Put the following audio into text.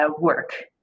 work